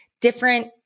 different